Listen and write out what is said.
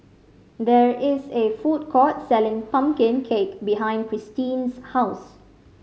there is a food court selling pumpkin cake behind Christeen's house